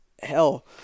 hell